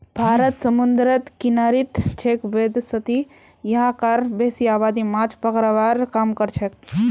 भारत समूंदरेर किनारित छेक वैदसती यहां कार बेसी आबादी माछ पकड़वार काम करछेक